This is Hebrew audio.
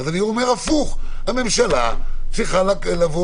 אני אומר הפוך: הממשלה צריכה לבוא